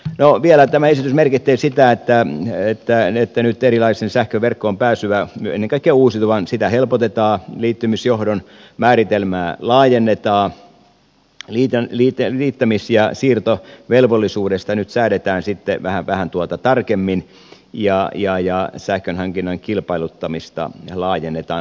no vielä tämä esitys merkitsee sitä että nyt helpotetaan erilaisiin sähköverkkoihin pääsyä ennen kaikkea uusiutuvan liittymisjohdon määritelmää laajennetaan liittämis ja siirtovelvollisuudesta nyt säädetään sitten vähän tarkemmin ja sähkön hankinnan kilpailuttamista laajennetaan